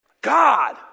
God